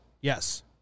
Yes